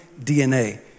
DNA